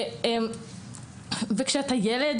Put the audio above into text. כשאתה ילד